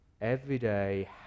everyday